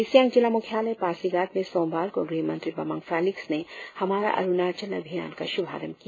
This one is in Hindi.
ईस्ट सियांग जिला मुख्यालय पासीघाट में सोमवार को गृह मंत्री बामांग फेलिक्स ने हमारा अरुणाचल अभियान का श्रभारंभ किया